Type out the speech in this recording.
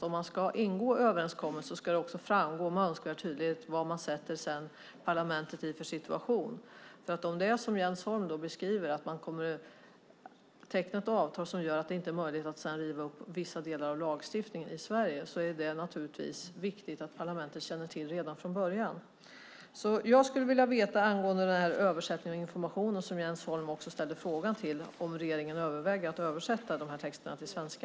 Om man ska ingå överenskommelser är det viktigt att det med önskvärd tydlighet framgår i vilken situation man sätter parlamentet. Om det är som Jens Holm beskriver att man kommer att teckna ett avtal som gör att det inte är möjligt att riva upp vissa delar av lagstiftningen i Sverige är det viktigt att parlamentet känner till det redan från början. Jag vill veta hur det är med översättningen av informationen. Jens Holm ställde också frågan om regeringen överväger att översätta de texterna till svenska.